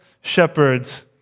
shepherds